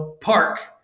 park